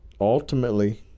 ultimately